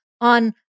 on